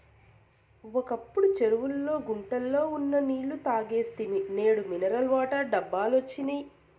ఒకప్పుడు చెరువుల్లో గుంటల్లో ఉన్న నీళ్ళు తాగేస్తిమి నేడు మినరల్ వాటర్ డబ్బాలొచ్చినియ్